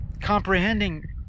comprehending